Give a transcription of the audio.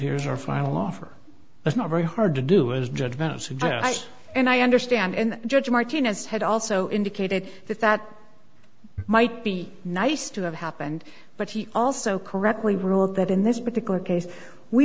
here's our final offer it's not very hard to do is judge message and i understand and judge martinez had also indicated that that might be nice to have happened but he also correctly ruled that in this particular case we